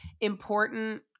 important